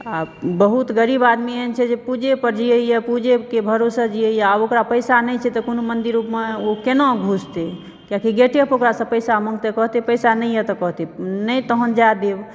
आ बहुत गरीब आदमी एहन छै जे पूजे पर जीऐ यऽ पूजेके भरोसे जीऐ यऽआब ओकरा पैसा नहि छै तऽ कोनो मंदिरोमे ओ केना घुसतै किआकि गेटे पर ओकरासंँ पैसा मङ्गतै कहतै पैसा नहि यऽ कहतै नहि तहन जाए देब